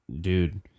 dude